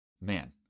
Man